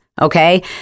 Okay